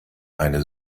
eine